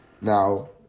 Now